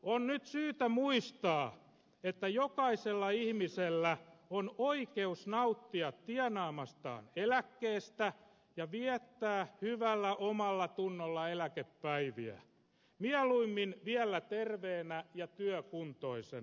on nyt syytä muistaa että jokaisella ihmisellä on oikeus nauttia tienaamastaan eläkkeestä ja viettää hyvällä omallatunnolla eläkepäiviä mieluimmin vielä terveenä ja työkuntoisena